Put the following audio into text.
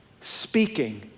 speaking